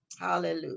Hallelujah